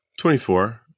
24